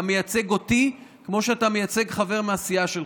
אתה מייצג אותי כמו שאתה מייצג חבר מהסיעה שלך.